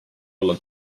olla